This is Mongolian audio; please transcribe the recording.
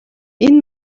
энэ